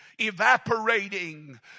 evaporating